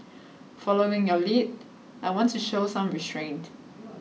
following your lead I want to show some restraint